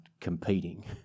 competing